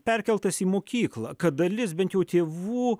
perkeltas į mokyklą kad dalis bent jau tėvų